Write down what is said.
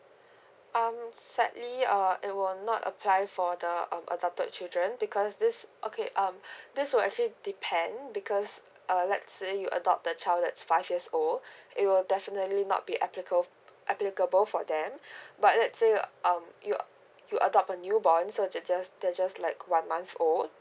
um sadly uh it will not apply for the um adopted children because this okay um this will actually depend because uh let's say you adopt the child that's five years old it will definitely not be applic~ applicable for them but let say uh um you you adopt a new born so just they just like one month old